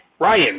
Ryan